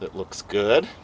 that looks good